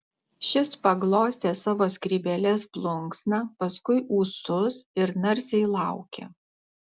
šis paglostė savo skrybėlės plunksną paskui ūsus ir narsiai laukė